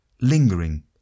lingering